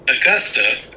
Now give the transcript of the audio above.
Augusta